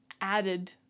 added